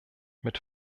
mit